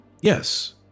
Yes